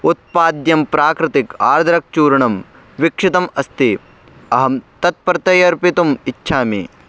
उत्पाद्यं प्राकृतिकम् आद्रकचूर्णं विक्षितम् अस्ति अहं तत्पर्यर्पयितुम् इच्छामि